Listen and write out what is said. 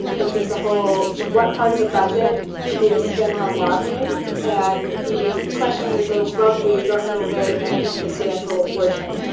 which is the whole, what part of the budget may be spent on lobbying? and the question is the ah lovely governmental vague, an insubstantial portion.